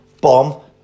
bomb